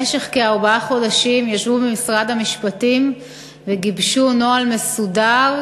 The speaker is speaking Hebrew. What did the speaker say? במשך כארבעה חודשים ישבו במשרד המשפטים וגיבשו נוהל מסודר,